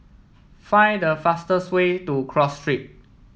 find the fastest way to Cross Street